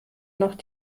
noch